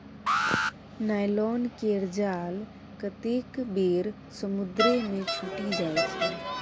nylon केर जाल कतेक बेर समुद्रे मे छुटि जाइ छै